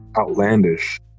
outlandish